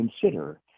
consider